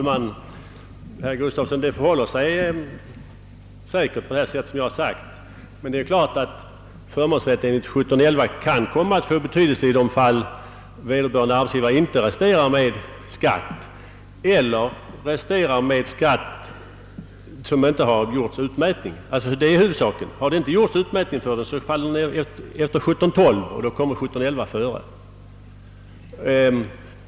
Herr talman! Det förhåller sig säkert så som jag sagt, herr Gustafsson i Borås, men det är klart att förmånsrätt enligt 17:11 kan komma att få betydelse i de fall vederbörande arbetsgivare inte resterar med skått eller resterar med skatt utan att detta har lett till utmätning. Detta är huvudsaken. Har ingen utmätning gjorts är 17:12 tilllämplig och då kommer 17:11 före.